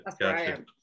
gotcha